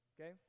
Okay